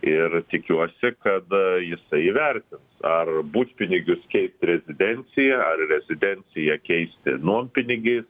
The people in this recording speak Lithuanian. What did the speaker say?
ir tikiuosi kad jisai įvertin ar butpinigius keist rezidencija ar rezidenciją keisti nuompinigiais